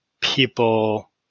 people